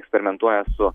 eksperimentuoja su